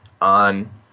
on